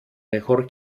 mejor